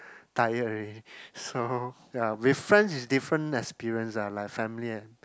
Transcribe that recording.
tired already so with friends it's different experience lah like family and